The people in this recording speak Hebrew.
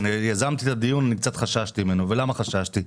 כשיזמתי את הדיון אני קצת חששתי ממנו, ולמה חששתי?